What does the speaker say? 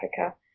Africa